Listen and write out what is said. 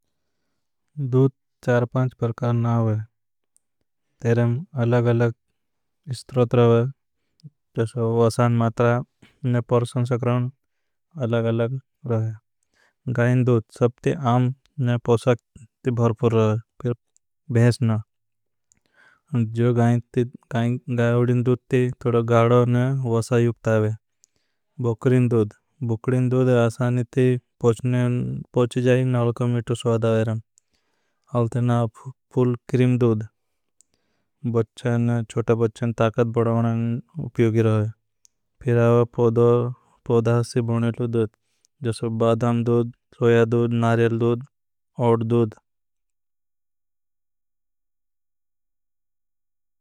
दूध चार पांच बरकार ना होई अलग अलग स्थ्रोध रहा है। वसान मात्रा ने पोर्शन सक्राउन अलग अलग रहा है दूद। सब ती आम ने पोशाक ती भरपूर रहा है भैंस ना। गाइवडिन दूद ती तोड़ो गाड़ो ने वसा युपता है दूध बुक्रिन दूद। आसानी ती पोच जाए ने अलग-अलग मिठो। स्वाद अवेरं ते ना पूल क्रि दूद बच्चन चोटा। बच्चन ताकत बड़ावनन उप्योगी रहा है आवे पोदो पोदासी बुनेलो। दूद जोसे बादाम दूद, सोया दूद, नारेल दूद, ओट दूद।